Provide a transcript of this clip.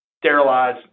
sterilize